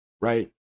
right